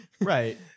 Right